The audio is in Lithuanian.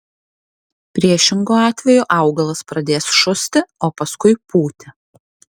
priešingu atveju augalas pradės šusti o paskui pūti